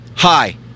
Hi